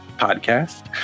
Podcast